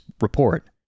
report